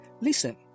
Listen